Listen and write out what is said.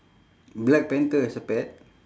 black panther is a pet